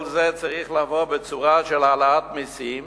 כל זה צריך לבוא בצורה של העלאת מסים